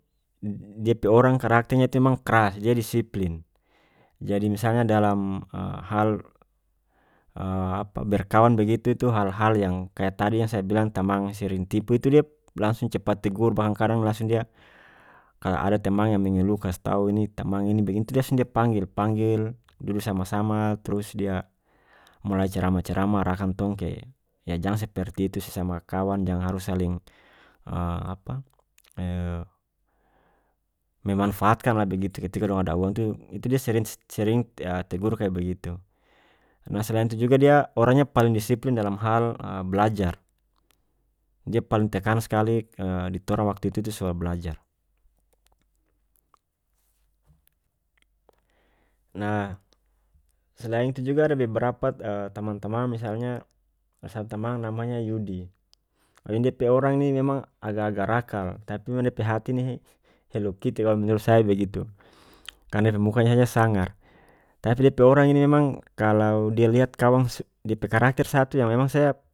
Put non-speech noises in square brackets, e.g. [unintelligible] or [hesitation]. D- dia pe orang karakternya itu memang karas dia disiplin jadi misalnya dalam [hesitation] hal [hesitation] apa berkawan begitu itu hal-hal yang kaya tadi yang saya bilang tamang sering tipu itu diap langsung cepat tegur barang kadang langsung dia kaya ada teman yang mengeluh kas tau ini teman ini begini itu langsung dia panggel panggel dudu sama-sama trus dia mulai ceramah-ceramah arahkan tong ke yah jang seperti itu sesama kawan jang harus saling [hesitation] apa [hesitation] memanfaatkanlah begitu ketika dong ada uang tu itu dia sering s- sering yah tegur kaya begitu nah selain itu juga dia orangnya paling disiplin dalam hal [hesitation] blajar dia paling tekan skali kaya di torang waktu itu tu soal blajar nah selain itu juga ada beberapa [hesitation] tamang-tamang misalnya [unintelligible] tamang namanya yudi ah ini dia pe orang ini memang agak-agak rakal tapi memang di pe hati ini hello kitty kalu menurut saya begitu karna dia pe mukanya sangar tapi dia pe orang ini memang kalau dia lihat kawangs dia pe karakter satu yang memang saya.